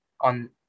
on